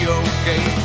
okay